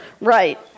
right